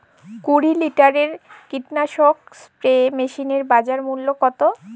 কুরি লিটারের কীটনাশক স্প্রে মেশিনের বাজার মূল্য কতো?